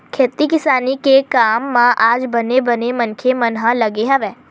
खेती किसानी के काम म आज बने बने मनखे मन ह लगे हवय